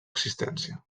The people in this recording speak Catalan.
existència